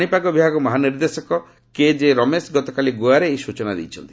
ପାଣିପାଗ ବିଭାଗ ମହାନିର୍ଦ୍ଦେଶକ କେଜେ ରମେଶ ଗତକାଲି ଗୋଆରେ ଏହି ସ୍ବଚନା ଦେଇଛନ୍ତି